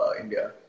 India